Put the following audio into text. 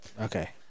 Okay